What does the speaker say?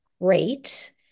great